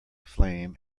flame